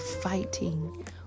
fighting